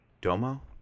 Domo